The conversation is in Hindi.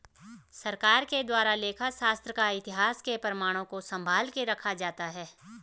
सरकार के द्वारा लेखा शास्त्र का इतिहास के प्रमाणों को सम्भाल के रखा जाता है